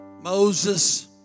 Moses